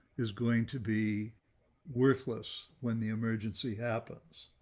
is going to be worthless when the emergency happens.